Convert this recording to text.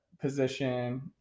position